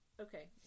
Okay